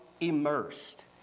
immersed